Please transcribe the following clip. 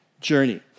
journey